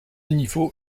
niveau